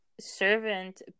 servant